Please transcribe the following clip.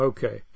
Okay